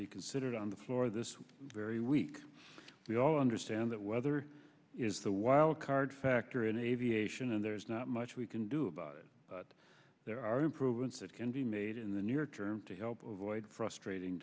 be considered on the floor this very week we all understand that weather is the wild card factor in aviation and there's not much we can do about it but there are improvements that can be made in the near term to help avoid frustrating